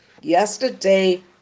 Yesterday